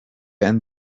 and